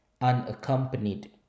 unaccompanied